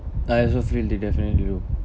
I also feel they definitely do